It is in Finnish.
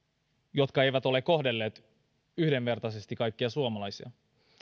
jotka eivät ole kohdelleet yhdenvertaisesti kaikkia suomalaisia